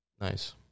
Nice